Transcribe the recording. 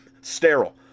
sterile